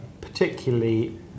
particularly